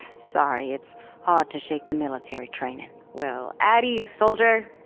sorry, it's hard to shake the military training well, at ease soldier